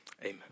Amen